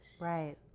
Right